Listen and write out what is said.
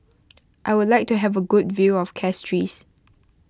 I would like to have a good view of Castries